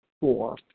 four